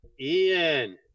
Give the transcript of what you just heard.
Ian